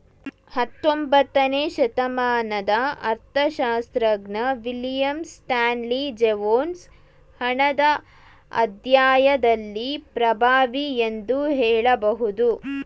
ಹತ್ತೊಂಬತ್ತನೇ ಶತಮಾನದ ಅರ್ಥಶಾಸ್ತ್ರಜ್ಞ ವಿಲಿಯಂ ಸ್ಟಾನ್ಲಿ ಜೇವೊನ್ಸ್ ಹಣದ ಅಧ್ಯಾಯದಲ್ಲಿ ಪ್ರಭಾವಿ ಎಂದು ಹೇಳಬಹುದು